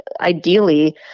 ideally